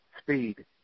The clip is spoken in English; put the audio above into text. speed